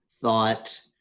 thought